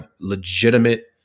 legitimate